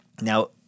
Now